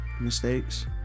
mistakes